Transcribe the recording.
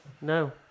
No